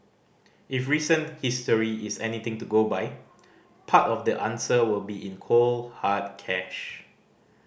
if recent history is anything to go by part of the answer will be in cold hard cash